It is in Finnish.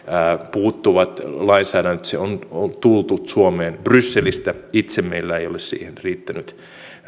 puuttuvat lainsäädännöt se on tullut suomeen brysselistä itse meillä ei ole siihen riittänyt